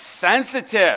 sensitive